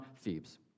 Thebes